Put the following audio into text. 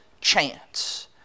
chance